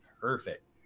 perfect